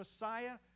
Messiah